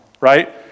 right